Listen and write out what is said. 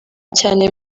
cyane